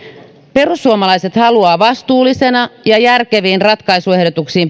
perussuomalaiset haluavat vastuullisena ja järkeviin ratkaisuehdotuksiin